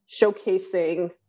showcasing